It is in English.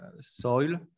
soil